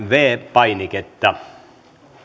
painiketta